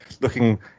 looking